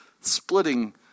splitting